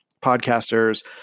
podcasters